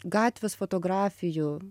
gatvės fotografijų